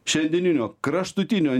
šiandieninio kraštutinio